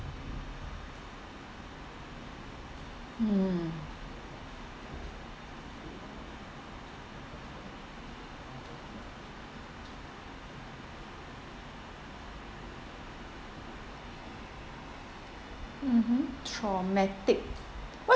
mm mmhmm traumatic what